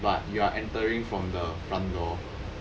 but you are entering from the front door